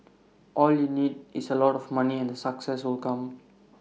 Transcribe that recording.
all you need is A lot of money and the success will come